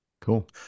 Cool